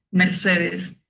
mercedes.